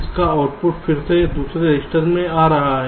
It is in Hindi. जिसका आउटपुट फिर से दूसरे रजिस्टर में जा रहा है